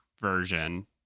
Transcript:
version